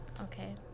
Okay